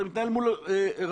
אתה מתנהל מול הרשות,